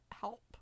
help